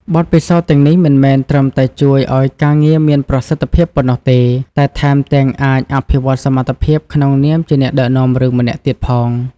បទពិសោធន៍ទាំងនេះមិនមែនត្រឹមតែជួយឲ្យការងារមានប្រសិទ្ធភាពប៉ុណ្ណោះទេ តែថែមទាំងអាចអភិវឌ្ឍសមត្ថភាពក្នុងនាមជាអ្នកដឹកនាំរឿងម្នាក់ទៀតផង។